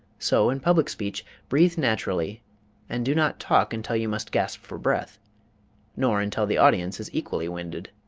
so in public speech, breathe naturally and do not talk until you must gasp for breath nor until the audience is equally winded.